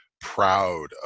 proud